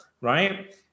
right